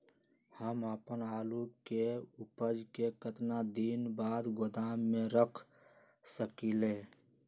हम अपन आलू के ऊपज के केतना दिन बाद गोदाम में रख सकींले?